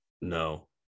No